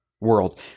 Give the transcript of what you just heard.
world